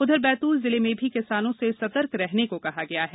उधर बैत्ल जिले में भी किसानों से सतर्क रहने को कहा गया है